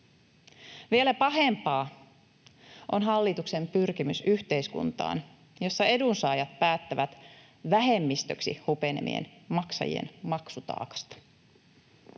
Vielä pahempaa on hallituksen pyrkimys yhteiskuntaan, jossa edunsaajat päättävät vähemmistöksi hupenevien maksajien maksutaakasta.